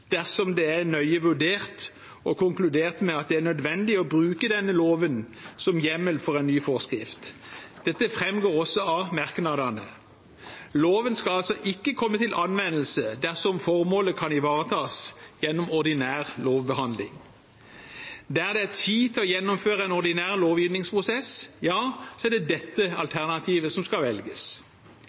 dersom det er nøye vurdert og konkludert med at det er nødvendig å bruke denne loven som hjemmel for en ny forskrift. Dette framgår også av merknadene. Loven skal altså ikke komme til anvendelse dersom formålet kan ivaretas gjennom ordinær lovbehandling. Der det er tid til å gjennomføre en ordinær lovgivningsprosess, er det dette alternativet som skal velges.